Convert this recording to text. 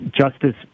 Justice